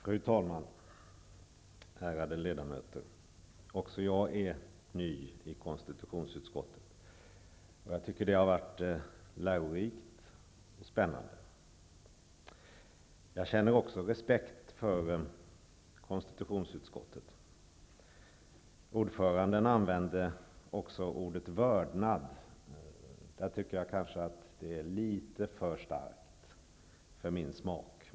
Fru talman! Ärade ledamöter! Också jag är ny i konstitutionsutskottet. Jag tycker att det har varit lärorikt och spännande. Jag känner också respekt för konstitutionsutskottet. Ordföranden använde ordet vördnad. Jag tycker kanske att det är litet för starkt för min smak.